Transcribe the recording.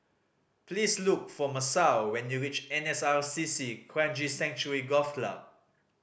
please look for Masao when you reach N S R C C Kranji Sanctuary Golf Club